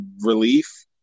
relief